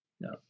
no